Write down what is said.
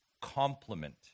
complement